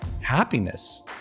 happiness